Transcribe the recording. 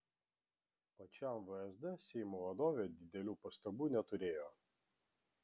pačiam vsd seimo vadovė didelių pastabų neturėjo